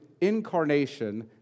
incarnation